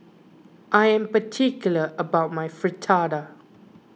I am particular about my Fritada